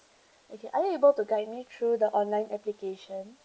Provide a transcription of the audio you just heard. okay are you able to guide me through the online application